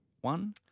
One